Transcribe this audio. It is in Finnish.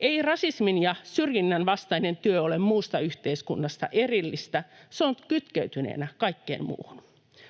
Ei rasismin ja syrjinnän vastainen työ ole muusta yhteiskunnasta erillistä, se on kytkeytyneenä kaikkeen muuhun.